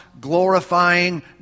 glorifying